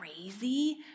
crazy